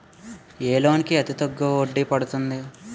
ఏ loan కి అతి తక్కువ వడ్డీ పడుతుంది?